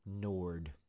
Nord